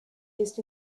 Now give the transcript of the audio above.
used